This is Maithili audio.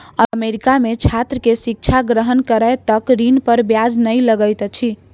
अमेरिका में छात्र के शिक्षा ग्रहण करै तक ऋण पर ब्याज नै लगैत अछि